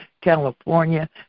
California